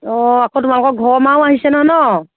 অঁ আকৌ তোমালোকৰ ঘৰৰ মাও আহিছে নহয় নহ্